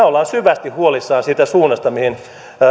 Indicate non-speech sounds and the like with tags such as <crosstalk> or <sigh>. <unintelligible> olemme syvästi huolissamme siitä suunnasta mihin